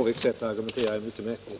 Herr talman! Fru Håviks sätt att argumentera är mycket märkligt.